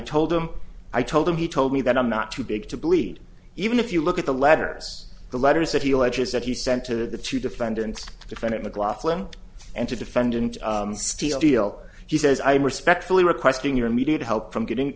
told him i told him he told me that i'm not to big to bleed even if you look at the letters the letters that he alleges that he sent to the two defendants defendant mclaughlin and to defendant steele he says i respectfully requesting your immediate help from getting